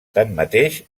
tanmateix